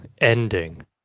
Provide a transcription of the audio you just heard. ending